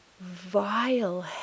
vile